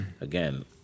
again